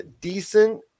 decent